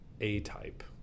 A-type